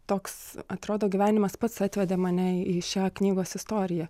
toks atrodo gyvenimas pats atvedė mane į šią knygos istoriją